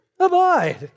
abide